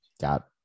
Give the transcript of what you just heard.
Got